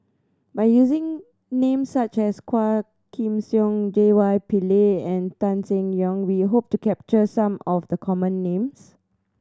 by using names such as Quah Kim Song J Y Pillay and Tan Seng Yong we hope to capture some of the common names